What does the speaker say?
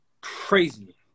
Crazy